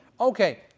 Okay